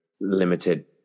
limited